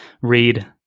read